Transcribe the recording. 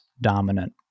dominant